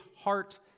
heart